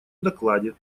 докладе